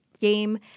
game